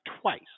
twice